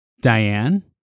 Diane